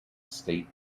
state